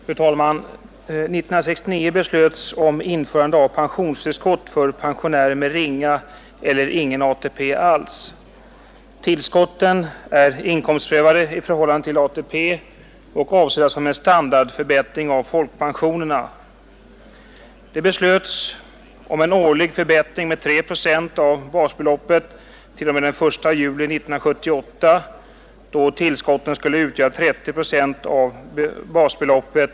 Fru talman! 1969 beslöts införandet av pensionstillskott för pensionärer med ringa eller ingen ATP. Tillskotten är inkomstprövade i förhållande till ATP och avsedda att ge folkpensionärerna en standardförbättring. Tillskotten skall årligen höjas med 3 procent av basbeloppet t.o.m. den 1 juli 1978, då de skall uppgå till 30 procent av basbeloppet.